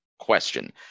question